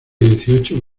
dieciocho